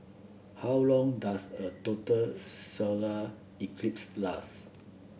how long does a total solar eclipse last